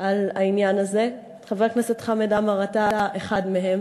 על העניין הזה, חבר הכנסת חמד עמאר, אתה אחד מהם,